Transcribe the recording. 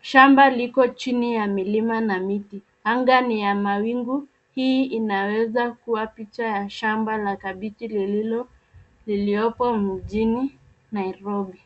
Shamba liko chini ya milima na miti. Anga ni ya mawingu. Hii inaweza kuwa picha ya shamba la kabiji liliopo mjini Nairobi.